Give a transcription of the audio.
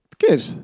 Good